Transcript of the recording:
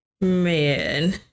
man